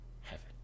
heaven